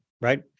Right